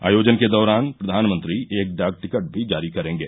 आयोजन के दौरान प्रधानमंत्री एक डाक टिकट भी जारी करेंगे